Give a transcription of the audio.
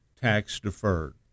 tax-deferred